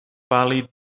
pàl·lid